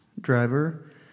driver